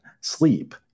sleep